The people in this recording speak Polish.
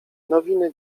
nowiny